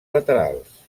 laterals